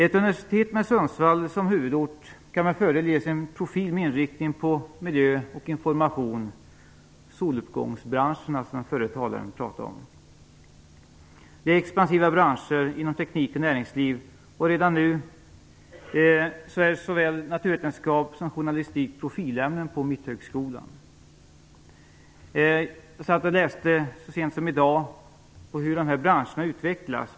Ett universitet med Sundsvall som huvudort kan ha en inriktning på miljö och information - soluppgångsbranscherna, som föregående talare pratade om. Det är expansiva branscher inom teknik och näringsliv. Redan nu är såväl naturvetenskap som journalistik profilämnen på Mitthögskolan. Jag läste så sent som i dag om hur dessa branscher utvecklas.